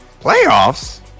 Playoffs